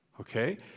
okay